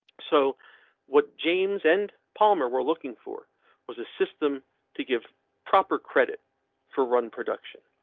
so what james and palmer were looking for was a system to give proper credit for run production.